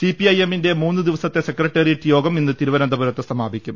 സിപിഐഎമ്മിന്റെ മൂന്ന് ദിവസത്തെ സെക്രട്ടേറിയറ്റ് യോഗം ഇന്ന് തിരു വന്ന്തപൂരത്ത് സമാപിക്കും